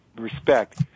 respect